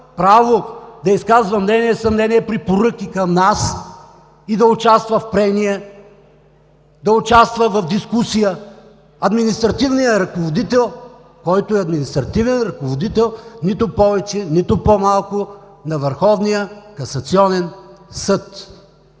право да изказва мнения, съмнения, препоръки към нас и да участва в прения, да участва в дискусия административният ръководител, който е административен ръководител нито повече, нито по-малко на